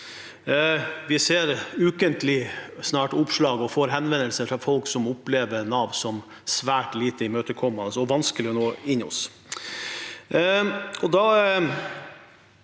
Vi ser nesten ukentlige oppslag om og får henvendelser fra folk som opplever Nav som svært lite imøtekommende og vanskelig å nå inn til.